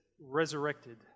resurrected